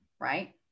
right